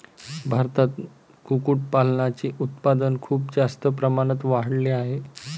भारतात कुक्कुटपालनाचे उत्पादन खूप जास्त प्रमाणात वाढले आहे